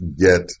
get